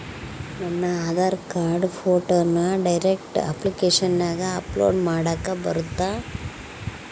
ನನ್ನ ಆಧಾರ್ ಕಾರ್ಡ್ ಫೋಟೋನ ಡೈರೆಕ್ಟ್ ಅಪ್ಲಿಕೇಶನಗ ಅಪ್ಲೋಡ್ ಮಾಡಾಕ ಬರುತ್ತಾ?